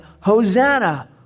Hosanna